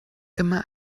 immer